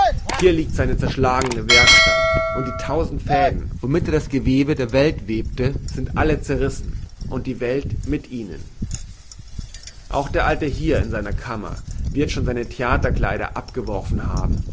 hier liegt seine zerschlagene werkstatt und die tausend fäden womit er das gewebe der welt webte sind alle zerrissen und die welt mit ihnen auch der alte hier in seiner kammer wird schon seine theaterkleider abgeworfen haben